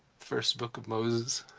first book of moses